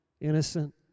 innocent